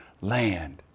land